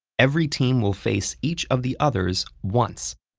every team will face each of the others once.